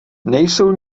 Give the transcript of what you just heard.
nejsou